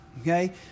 okay